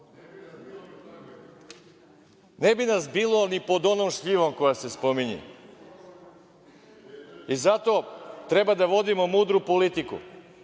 Ne bi nas bilo ni pod onom šljivom koja se spominje. Zato, treba da vodimo mudru politiku.